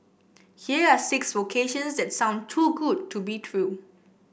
here are six vocations that sound too good to be true